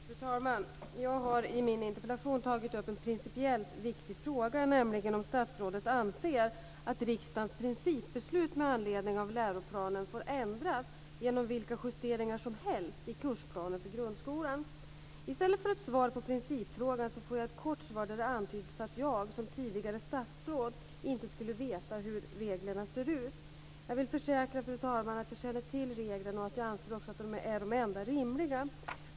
Fru talman! Jag har i min interpellation tagit upp en principiellt viktig fråga, nämligen om statsrådet anser att riksdagens principbeslut med anledning av läroplanen får ändras genom vilka justeringar som helst i kursplanen för grundskolan. I stället för ett svar på principfrågan fick jag ett kort svar där det antyddes att jag som tidigare statsråd inte skulle veta hur reglerna ser ut. Jag vill försäkra, fru talman, att jag känner till reglerna och också anser att de är de enda rimliga.